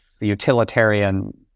utilitarian